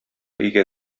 өйгә